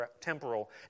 temporal